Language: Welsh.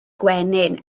gwenyn